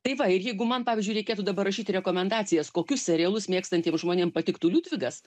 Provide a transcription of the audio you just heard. tai va ir jeigu man pavyzdžiui reikėtų dabar rašyti rekomendacijas kokius serialus mėgstantiem žmonėm patiktų liudvigas